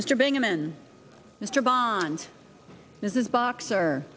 mr bingaman mr bond this is boxer